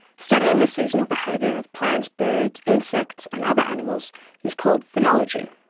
studying the seasonal behaviour of plants, birds, insects and other animals is called phenology.